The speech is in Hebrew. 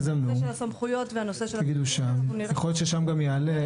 תזמנו, תגידו שם, יכול להיות ששם גם יעלה.